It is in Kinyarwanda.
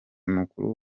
mukuru